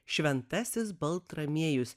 šventasis baltramiejus